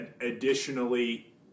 Additionally